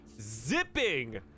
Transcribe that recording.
zipping